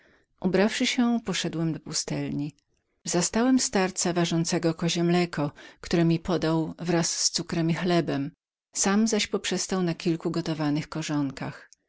ubrawszy się wszedłem do pustelni zastałem starca warzącego kozie mleko które mi podał wraz z cukrem i chlebem sam zaś poprzestał na kilku gotowanych korzonkach